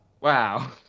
Wow